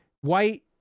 White